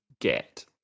get